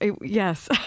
yes